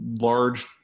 large